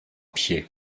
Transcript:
pied